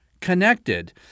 connected